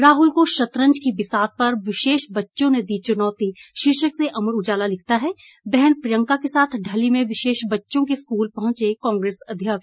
राहल को शतरंज की बिसात पर विशेष बच्चों ने दी चुनौती शीर्षक से अमर उजाला ने लिखा है बहन प्रियंका के साथ ढली में विशेष बच्चों के स्कूल पहुंचे कांग्रेस अध्यक्ष